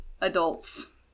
adults